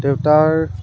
দেউতাৰ